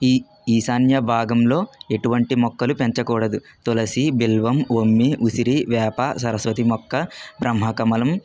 ఈ ఈశాన్య భాగంలో ఎటువంటి మొక్కలు పెంచకూడదు తులసి బిల్వం ఒమ్మి ఉసిరి వేప సరస్వతి మొక్క బ్రహ్మ కమలం